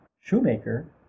Shoemaker